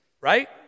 right